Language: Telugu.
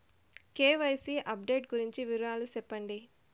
కె.వై.సి అప్డేట్ గురించి వివరాలు సెప్పండి?